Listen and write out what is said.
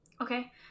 okay